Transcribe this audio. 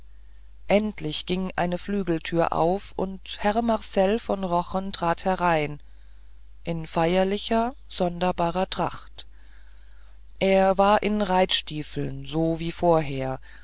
endlich ging eine flügeltür auf und herr marcell von rochen trat herein in feierlicher sonderbarer tracht er war in reitstiefeln so wie vorher